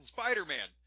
Spider-Man